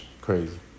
Crazy